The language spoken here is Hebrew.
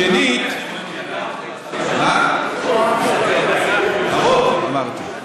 שר האנרגיה יובל שטייניץ: הרוב, אמרתי.